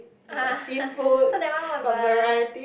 ah so that one wasn't